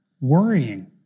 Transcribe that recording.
worrying